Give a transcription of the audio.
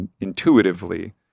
intuitively